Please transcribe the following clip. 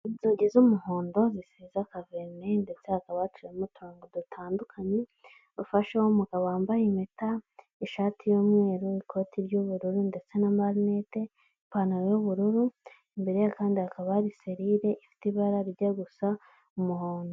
Inzugi z'umuhondo zisize akaverine ndetse hakaba haciyemo uturongo dutandukanye, rufasheho umugabo wambaye impeta, ishati y'umweru n'ikoti ry'ubururu ndetse n'amarinete, ipantaro y'ubururu, imbere ye kandi hakaba hari serire ifite ibara rijya gusa umuhondo.